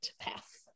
path